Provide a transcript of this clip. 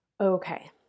Okay